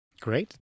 Great